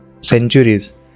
centuries